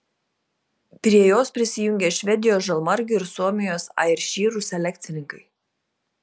prie jos prisijungė švedijos žalmargių ir suomijos airšyrų selekcininkai